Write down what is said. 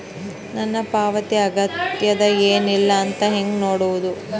ನನ್ನ ಪಾವತಿ ಆಗ್ಯಾದ ಏನ್ ಇಲ್ಲ ಅಂತ ಹೆಂಗ ನೋಡುದು?